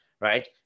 Right